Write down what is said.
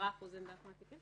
כ-10% מהתיקים